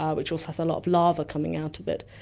ah which also has a lot of lava coming out of it.